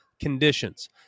conditions